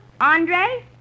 Andre